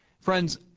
Friends